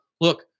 look